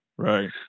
Right